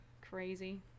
crazy